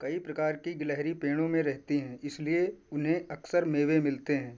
कई प्रकार की गिलहरी पेड़ों में रहती हैं इसलिए उन्हें अक्सर मेवे मिलते हैं